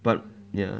but ya